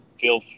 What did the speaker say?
feel